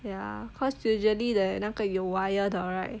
ya because usually the 那个有 wire 的 right